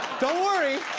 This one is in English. don't worry!